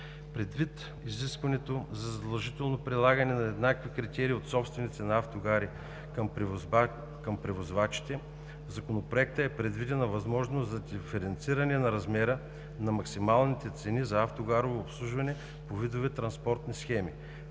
Предвид изискването за задължително прилагане на еднакви критерии от собствениците на автогари към превозвачите в Законопроекта е предвидена възможност за диференциране на размера на максималните цени за автогарово обслужване по видове транспортни схеми.